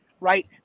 right